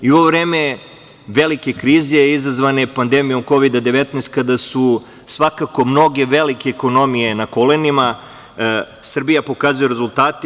U ovo vreme velike krize izazvane pandemijom Kovida - 19, kada su svakako mnoge velike ekonomije na kolenima, Srbija pokazuje rezultate.